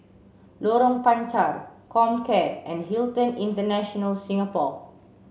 Lorong Panchar Comcare and Hilton International Singapore